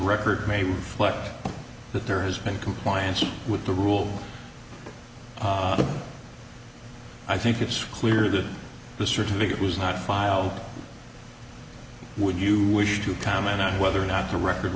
record may reflect that there has been compliance with the rule i think it's clear that the certificate was not filed would you wish to comment on whether or not the record